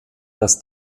dass